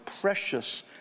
precious